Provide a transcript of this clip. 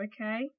okay